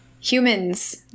Humans